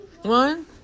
One